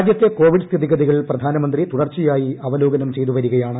രാജ്യത്തെ കോവിഡ് സ്ഥിതിഗതികൾ പ്രധാനമന്ത്രി തുടർച്ചയായി അവലോകനം ചെയ്ത് വരികയാണ്